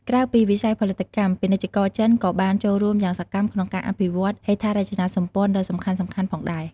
ក្រៅពីវិស័យផលិតកម្ម ពាណិជ្ជករចិនក៏បានចូលរួមយ៉ាងសកម្មក្នុងការអភិវឌ្ឍហេដ្ឋារចនាសម្ព័ន្ធដ៏សំខាន់ៗផងដែរ។